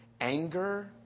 anger